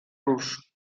rus